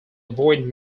avoid